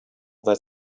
that